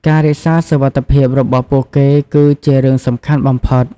ការរក្សាសុវត្ថិភាពរបស់ពួកគេគឺជារឿងសំខាន់បំផុត។